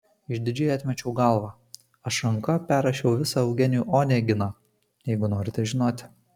išdidžiai atmečiau galvą aš ranka perrašiau visą eugenijų oneginą jeigu norite žinoti